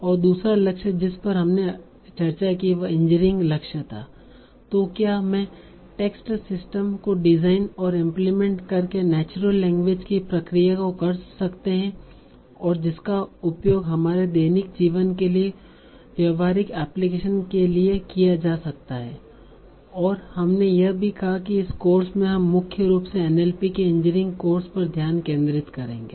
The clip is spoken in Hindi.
और दूसरा लक्ष्य जिस पर हमने चर्चा की वह इंजीनियरिंग लक्ष्य था तों क्या में टेस्ट सिस्टम्स को डिजाईन और इम्प्लीमेंट कर के नेचुरल लैंग्वेज की प्रक्रिया को कर सकते है और जिसका उपयोग हमारे दैनिक जीवन के लिए व्यावहारिक एप्लीकेशन के लिए किया जा सकता है और हमने यह भी कहा कि इस कोर्स में हम मुख्य रूप से एनएलपी के इंजीनियरिंग कोर्स पर ध्यान केंद्रित करेंगे